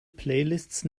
playlists